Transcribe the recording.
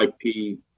ip